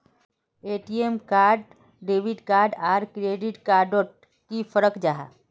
ATM card debit card आर credit card डोट की फरक जाहा?